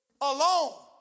Alone